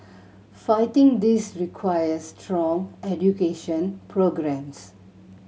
fighting this requires strong education programmes